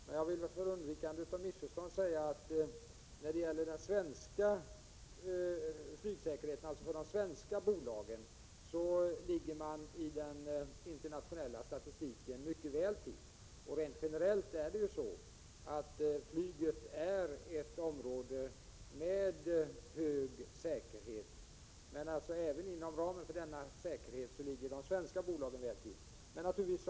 För undvikande av missförstånd vill jag säga att säkerheten inom de svenska bolagen är mycket hög enligt den internationella statistiken. Rent generellt är flyget ett område med hög säkerhet, men inom ramen för dessa säkerhetsbestämmelser ligger de svenska bolagen mycket väl till.